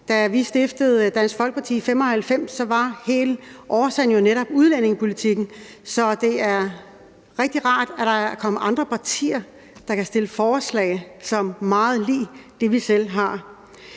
Da vi stiftede Dansk Folkeparti i 1995, var hele årsagen netop udlændingepolitikken. Så det er rigtig rart, at der er kommet andre partier, der kan stille forslag, som er meget lig det, vi selv har